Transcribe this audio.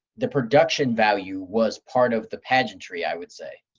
the production value was part of the pageantry i would say.